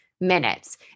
minutes